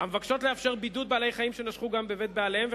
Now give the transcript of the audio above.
המבקשות לאפשר בידוד בעלי-חיים שנשכו גם בבית בעליהם,